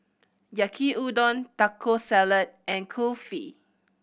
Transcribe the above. Yaki Udon Taco Salad and Kulfi